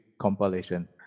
compilation